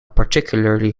particularly